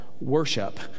worship